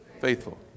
Faithful